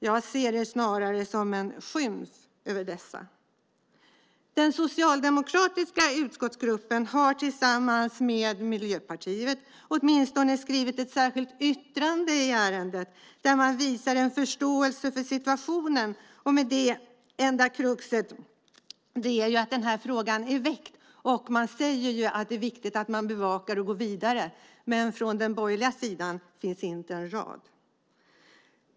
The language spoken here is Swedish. Jag ser det snarare som en skymf mot dessa. Den socialdemokratiska utskottsgruppen har tillsammans med Miljöpartiet åtminstone skrivit ett särskilt yttrande i ärendet där man visar en förståelse för situationen, och med det är den här frågan väckt. Man säger att det är viktigt att man bevakar och går vidare. Men det finns inte en rad från den borgerliga sidan.